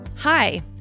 Hi